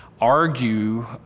argue